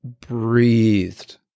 breathed